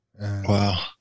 Wow